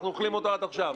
אנחנו אוכלים אותו עד עכשיו.